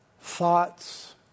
thoughts